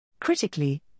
Critically